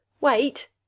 Wait